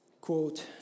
Quote